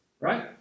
right